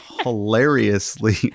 hilariously